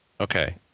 Okay